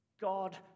God